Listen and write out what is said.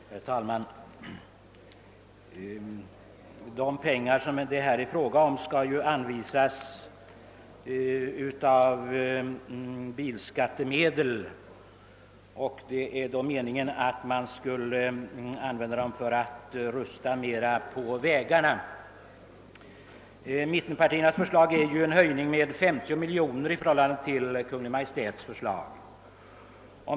Herr talman! De pengar som det här är fråga om skall anvisas av bilskattemedel, och det är meningen att man skall använda dem för att ytterligare upprusta vägarna. Mittenpartierna föreslår en höjning med 50 miljoner kronor i förhållande till Kungl. Maj:ts förslag.